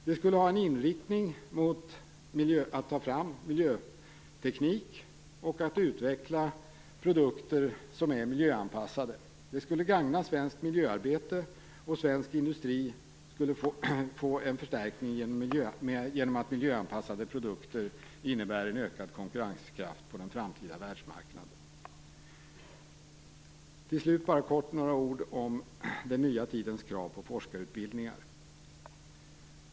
Det skulle ha en inriktning mot att ta fram miljöteknik och att utveckla produkter som är miljöanpassade. Det skulle gagna svenskt miljöarbete och svensk industri som skulle få en förstärkning genom att miljöanpassade produkter innebär en ökad konkurrenskraft på den framtida världsmarknaden. Till slut vill jag säga några ord om den nya tidens krav på forskarutbildningar.